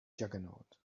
juggernaut